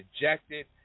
rejected